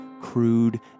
crude